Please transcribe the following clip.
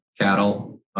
cattle